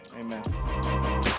amen